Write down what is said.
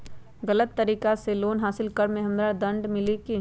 गलत तरीका से लोन हासिल कर्म मे हमरा दंड मिली कि?